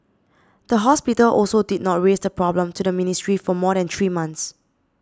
the hospital also did not raise the problem to the ministry for more than three months